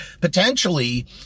potentially